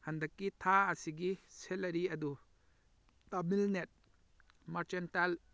ꯍꯟꯗꯛꯀꯤ ꯊꯥ ꯑꯁꯤꯒꯤ ꯁꯦꯂꯔꯤ ꯑꯗꯨ ꯇꯥꯃꯤꯜꯅꯦꯠ ꯃꯔꯆꯦꯟꯇꯥꯏꯜ